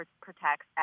protects